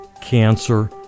cancer